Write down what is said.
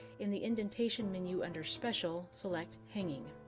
in the indentation menu under special, select hanging.